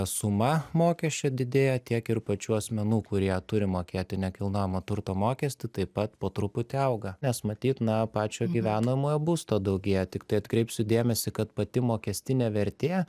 suma mokesčio didėja tiek ir pačių asmenų kurie turi mokėti nekilnojamo turto mokestį taip pat po truputį auga nes matyt na pačio gyvenamojo būsto daugėja tiktai atkreipsiu dėmesį kad pati mokestinė vertė